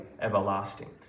everlasting